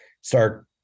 start